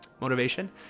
motivation